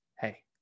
hey